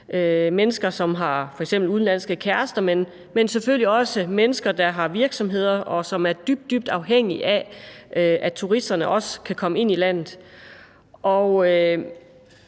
mennesker, som f.eks. har udenlandske kærester, men selvfølgelig også mennesker, der har virksomheder, og som er dybt, dybt afhængige af, at turisterne også kan komme ind i landet.